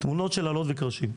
תמונות של אלות וקרשים.